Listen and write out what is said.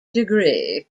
degree